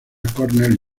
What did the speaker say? cornell